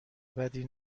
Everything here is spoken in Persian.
بدی